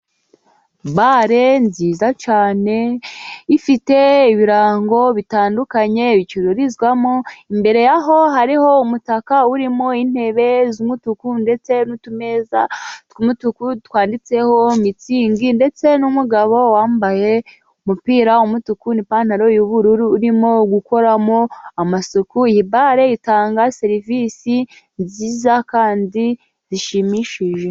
Bare nziza cyane ifite ibirango bitandukanye bicururizwamo, imbere yaho hariho umutaka urimo intebe z'umutuku ndetse n'utumeza tw'umutuku twanditseho mitsingi ndetse n'umugabo wambaye umupira w'umutuku n'ipantaro y'ubururu urimo gukoramo amasuku. Iyi bare itanga serivisi nziza kandi zishimishije.